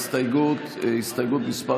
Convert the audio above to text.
הסתייגות מס'